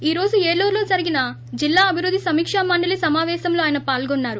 ఈ రోజు ఏలూరులో జరిగిన జిల్లా అభివృద్ది సమ్కా మండలి సమాపేశంలో ఆయన పాల్గొన్సారు